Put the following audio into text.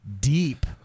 deep